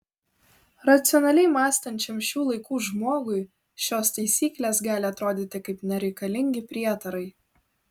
racionaliai mąstančiam šių laikų žmogui šios taisyklės gali atrodyti kaip nereikalingi prietarai